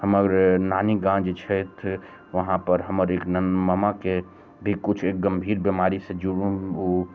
हमर नानी गाँव जे छथि वहाँ पर हमर एक मामाके भी किछु एक गम्भीर बीमारी से जुझि ओ